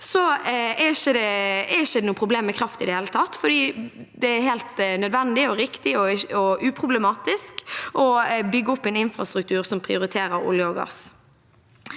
er det ikke noe problem med kraft i det hele tatt, for det er helt nødvendig, riktig og uproblematisk å bygge opp en infrastruktur som prioriterer olje og gass.